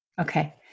Okay